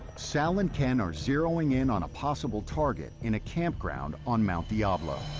sal and ken are zeroing in on a possible target in a campground on mount diablo.